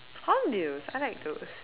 hornbills I like those